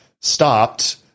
stopped